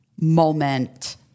moment